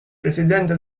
presidente